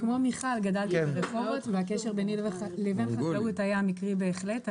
גדלתי ברחובות והקשר ביני לבין חקלאות היה מקרי בהחלט.